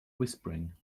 whispering